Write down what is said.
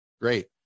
great